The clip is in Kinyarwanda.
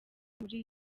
muri